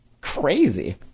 crazy